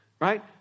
Right